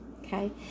okay